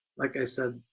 like i said,